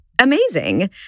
amazing